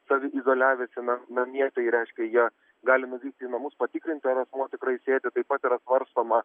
saviizoliavęsi na namie tai reiškia jie gali nuvykti į namus patikrinti ar asmuo tikrai sėdi taip pat yra svarstoma